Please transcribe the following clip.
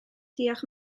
diolch